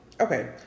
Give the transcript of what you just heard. Okay